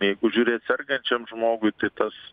jeigu žiūrėt sergančiam žmogui tai tas